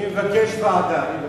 אני מבקש ועדה.